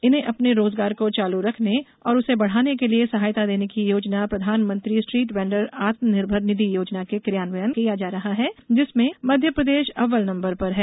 इन्हें अपने रोजगार को चालू रखने और उसे बढ़ाने के लिए सहायता देने की योजना प्रधानमंत्री स्ट्रीट वेंडर्स आत्मनिर्भर निधि योजना के क्रियान्वयन किया जा रहा है जिसमें मध्यप्रदेश अव्वल है